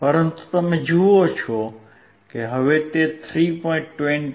પરંતુ તમે જુઓ કે હવે તે 3